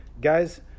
guys